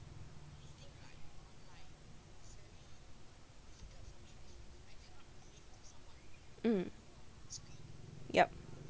mm yup